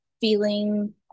feeling